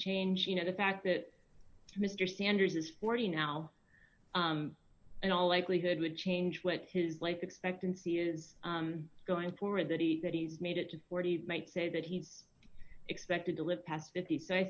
change you know the fact that mr sanders is forty now in all likelihood would change what his life expectancy is going forward that he that he's made it to forty might say that he's expected to live past fifty so i